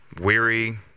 weary